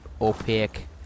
opaque